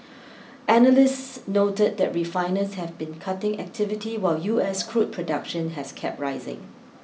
analysts noted that refiners have been cutting activity while U S crude production has kept rising